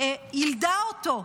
יילדה אותו.